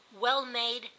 well-made